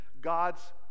God's